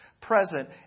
present